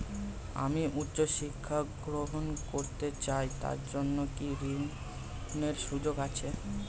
আমি উচ্চ শিক্ষা গ্রহণ করতে চাই তার জন্য কি ঋনের সুযোগ আছে?